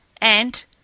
and